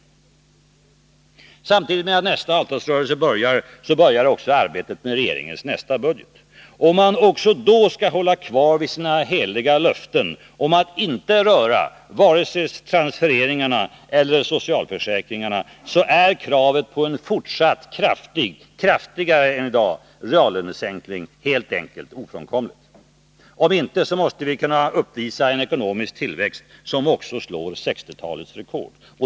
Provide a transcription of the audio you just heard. Samtidigt med att nästa avtalsrörelse börjar, börjar också arbetet med regeringens nästa budget. Om man också då skall hålla kvar vid sina heliga löften om att inte röra vare sig transfereringarna eller socialförsäkringarna, är kravet på en fortsatt kraftig — kraftigare än i dag — reallönesänkning helt enkelt ofrånkomlig. Om inte, måste vi kunna uppvisa en ekonomisk tillväxt som slår också 1960-talets rekord.